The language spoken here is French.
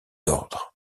ordres